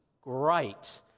great